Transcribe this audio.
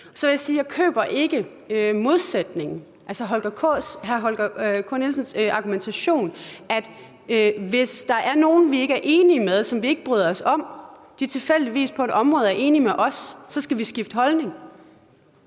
Så vil jeg sige, at jeg ikke køber modsætningen, altså hr. Holger K. Nielsens argumentation om, at hvis nogen, vi ikke er enige med, og som vi ikke bryder os om, tilfældigvis på et område er enig med os, så skal vi skifte holdning.